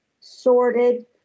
sorted